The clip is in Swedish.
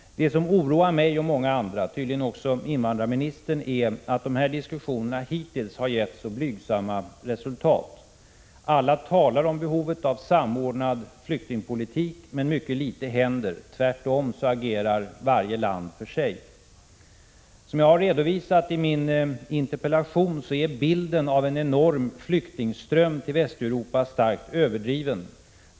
Det som oroar mig och många andra — tydligen också invandrarministern — är att dessa diskussioner hittills har gett så blygsamt resultat. Alla talar om behovet av samordnad flyktingpolitik, men mycket litet händer — tvärtom agerar varje land för sig. Som jag redovisat i min interpellation är bilden av en enorm flyktingström till Västeuropa starkt överdriven.